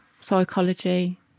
psychology